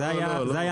זה היה הנוסח.